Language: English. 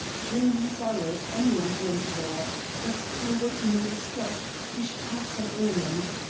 during these hours any one can enter there but to awaken no distrust, he should have some ailment.